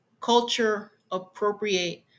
culture-appropriate